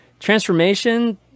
transformation